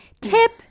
tip